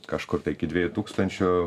kažkur tai iki dviejų tūkstančių